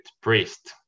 priest